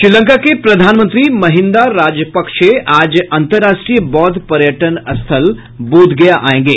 श्रीलंका के प्रधानमंत्री महिन्दा राजपक्षे आज अन्तर्राष्ट्रीय बौद्ध पर्यटन स्थल बोधगया आयेंगे